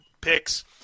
picks